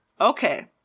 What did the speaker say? Okay